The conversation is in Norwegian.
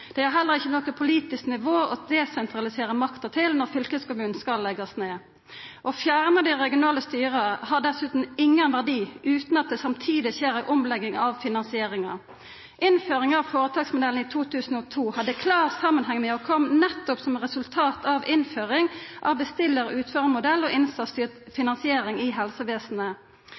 heller ikkje noko politisk nivå å desentralisera makta til når fylkeskommunen skal leggjast ned. Å fjerna dei regionale styra har dessutan ingen verdi utan at det samtidig skjer ei omlegging av finansieringa. Innføring av føretaksmodellen i 2002 hadde klar samanheng med og kom nettopp som resultat av innføring av bestillar–utførar-modellen og innsatsstyrt finansiering i helsevesenet.